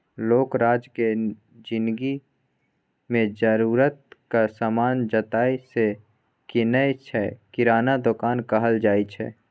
लोक रोजक जिनगी मे जरुरतक समान जतय सँ कीनय छै किराना दोकान कहल जाइ छै